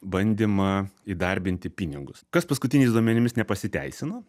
bandymą įdarbinti pinigus kas paskutiniais duomenimis nepasiteisino